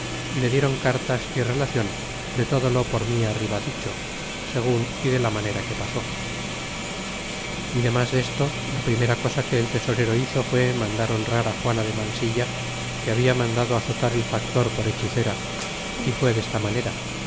y le dieron cartas y relacion de todo lo por mi arriba dicho segun y de la manera que pasó y demas desto la primera cosa que el tesorero hizo fué mandar honrar juana de mansilla que habla mandado azotar el factor por hechicera y fué desta manera